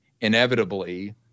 Inevitably